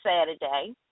Saturday